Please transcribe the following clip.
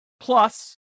Plus